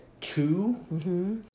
two